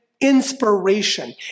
inspiration